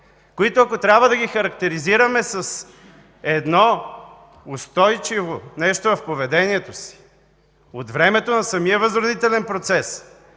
които, ако трябва да ги характеризираме с едно устойчиво нещо в поведението си от времето на самия Възродителен процес